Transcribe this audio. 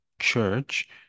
church